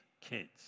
kids